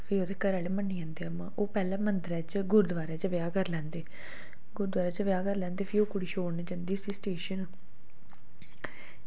फिर ओह्दे घरै आह्ले मन्नी जंदे उआं पैह्लें मंदर ते गुरूदुआरै च ब्याह् करी लैंदे फिर ओह् कुड़ी छोड़ने गी जंदी स्टेशन